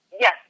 Yes